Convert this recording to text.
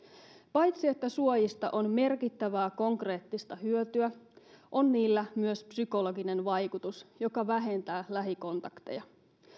paitsi että suojista on merkittävää konkreettista hyötyä on niillä myös psykologinen vaikutus joka vähentää lähikontakteja